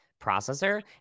processor